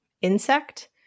Insect